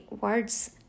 words